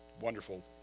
wonderful